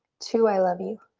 two, i love you.